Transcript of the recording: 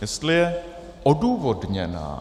Jestli je odůvodněná.